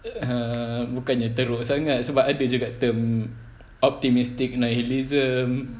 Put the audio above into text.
err bukan yang teruk sebab ada juga term optimistic nihilism